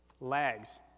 lags